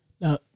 Now